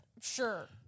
sure